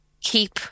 keep